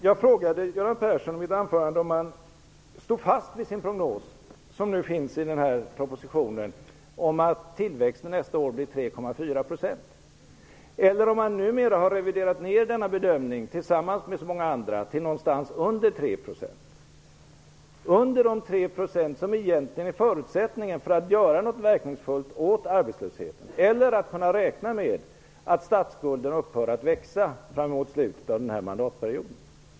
Jag frågade Göran Persson om han står fast vid sin prognos, som nu finns i den här propositionen, om att tillväxten nästa år blir 3,4 %, eller om han numera har reviderat ner denna bedömning, tillsammans med så många andra, till någonstans under 3 %- de 3 % som egentligen är förutsättningen för att göra något verkningsfullt åt arbetslösheten - och om kan man räkna med att statsskulden upphör att växa fram mot slutet av den här mandatperioden.